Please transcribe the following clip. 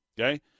okay